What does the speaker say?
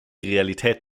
realität